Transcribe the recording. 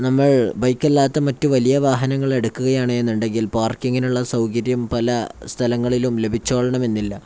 നമ്മൾ ബൈക്കല്ലാത്ത മറ്റു വലിയ വാഹനങ്ങൾ എടുക്കുകയാണെന്നുണ്ടെങ്കിൽ പാർക്കിങ്ങിനുള്ള സൗകര്യം പല സ്ഥലങ്ങളിലും ലഭിച്ചുകൊള്ളണമെന്നില്ല